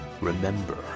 remember